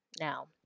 now